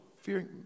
fearing